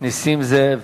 נסים זאב.